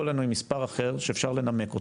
אלינו עם מספר אחר שאפשר לנמק אותו.